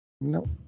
nope